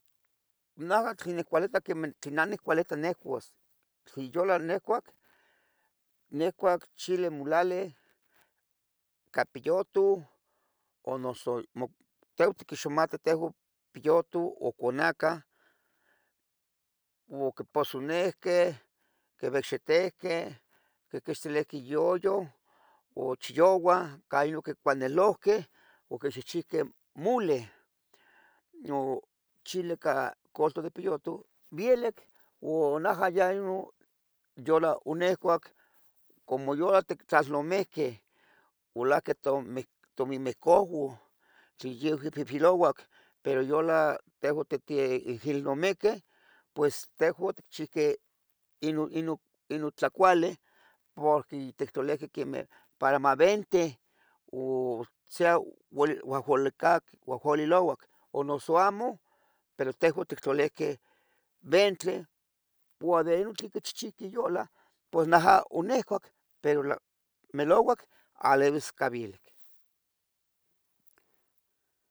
Naja tlen niccualeta nicuas, naja tlen niccualeta nicuas tlen yolanecuac, nicuac chilemulali ca piyoto o noso teh, tehuan tiquixomatih piyoto o conaca quiposonihqueh quivicxitihqueh, quiquixtilihqueh iyoyoh o chicaua cuali yoquicualnelohqueh, yoquichehcheuqueh muleh o chile ica caldo de piyotoh vielic o naja o naja yonicuac, como yoti tlalnomiquih youalahqueh tomihmicauan tlen yehuan ouihuilouac, pero yola yomihmiqueh pos tejuan otchiuqueh Inon tlacuali porque tictlolihqueh quemeh para mavente, sea nuahualilouan o noso amo, pero tehuan tictlalihqueh ventle, o ventle quichiuchiuqueh yolac naja onicuah milauac alivis ca vielic.